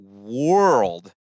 world